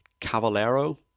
Cavalero